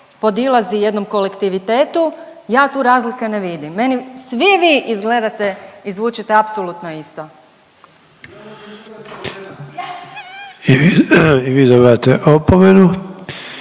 podilazi jednom kolektivitetu ja tu razlike ne vidim. Meni svi vi izgledate i zvučite apsolutno isto. **Sanader, Ante